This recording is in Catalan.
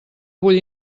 vull